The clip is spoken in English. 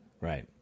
Right